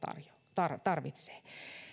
tarvitsee